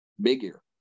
bigger